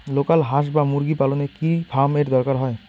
Local হাস বা মুরগি পালনে কি ফার্ম এর দরকার হয়?